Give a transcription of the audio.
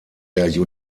der